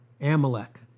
Amalek